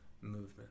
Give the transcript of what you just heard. movement